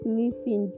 listen